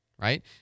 Right